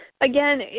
Again